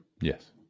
Yes